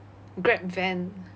grab van